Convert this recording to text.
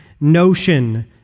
notion